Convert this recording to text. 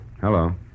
Hello